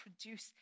produce